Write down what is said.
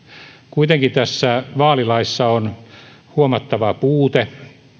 kuitenkin tässä vaalilaissa on huomattava puute